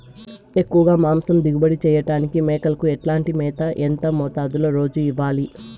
ఎక్కువగా మాంసం దిగుబడి చేయటానికి మేకలకు ఎట్లాంటి మేత, ఎంత మోతాదులో రోజు ఇవ్వాలి?